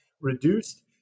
reduced